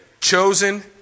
chosen